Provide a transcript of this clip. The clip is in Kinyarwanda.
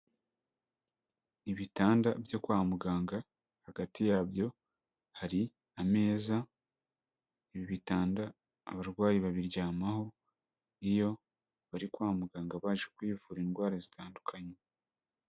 Ibitanda byo kwa muganga, hagati yabyo hari ameza, ibi bitanda, abarwayi babiryamaho iyo bari kwa muganga baje kwivura indwara zitandukanye.